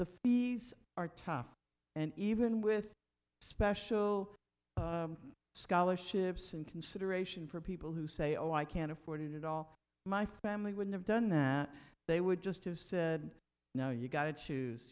the fees are tough and even with special scholarships and consideration for people who say oh i can afford it all my family would have done that they would just have said no you gotta choose